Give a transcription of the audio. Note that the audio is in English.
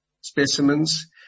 Specimens